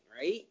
right